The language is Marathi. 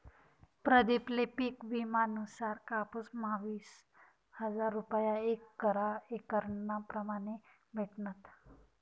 प्रदीप ले पिक विमा नुसार कापुस म्हा वीस हजार रूपया एक एकरना प्रमाणे भेटनात